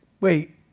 wait